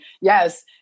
yes